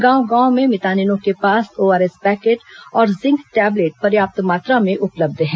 गांव गांव में मितानिनों के पास ओआरएस पैकेट और जिंक टैबलेट पर्याप्त मात्रा में उपलब्ध है